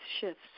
shifts